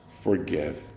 forgive